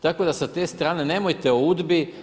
Tako da sa te strane nemojte o udbi.